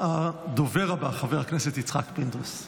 הדובר הבא, חבר הכנסת יצחק פינדרוס.